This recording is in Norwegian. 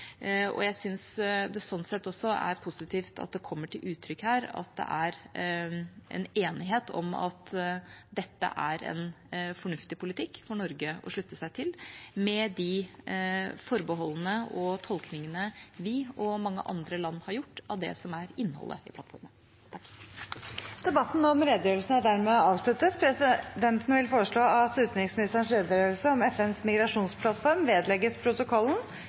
flere. Jeg syns det sånn sett er positivt at det kommer til uttrykk en enighet om at dette er en fornuftig politikk for Norge å slutte seg til, med de forbeholdene og tolkningene vi og mange andre land har gjort av det som er innholdet i plattformen. Debatten i sak nr. 1 er dermed omme. Presidenten foreslår at utenriksministerens redegjørelse om FNs migrasjonsplattform vedlegges protokollen.